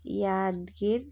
Yadgir